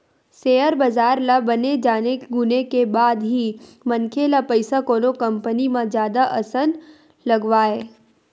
share बजार ल बने जाने गुने के बाद ही मनखे ल पइसा कोनो कंपनी म जादा असन लगवाय